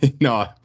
No